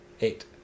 Eight